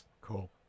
cool